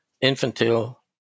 infantile